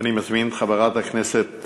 אני מזמין את חברת הכנסת